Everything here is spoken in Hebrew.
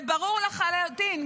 זה ברור לחלוטין,